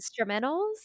instrumentals